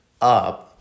up